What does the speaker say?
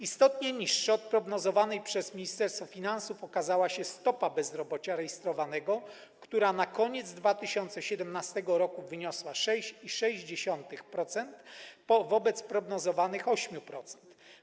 Istotnie niższa od prognozowanej przez Ministerstwo Finansów okazała się stopa bezrobocia rejestrowanego, która na koniec 2017 r. wyniosła 6,6% wobec prognozowanych 8%.